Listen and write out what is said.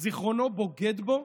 זיכרונו בוגד בו,